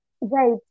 Right